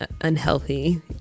unhealthy